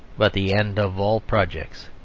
but the end of all projects.